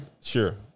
Sure